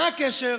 מה הקשר?